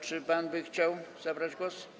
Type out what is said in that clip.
Czy pan by chciał zabrać głos?